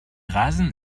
rasen